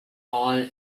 all